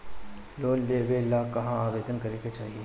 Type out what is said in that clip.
Loan लेवे ला कहाँ आवेदन करे के चाही?